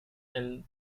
and